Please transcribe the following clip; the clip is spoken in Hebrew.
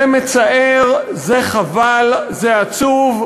זה מצער, זה חבל, זה עצוב,